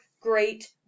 great